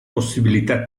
possibilità